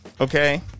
okay